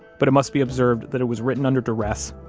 but it must be observed that it was written under duress,